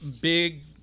big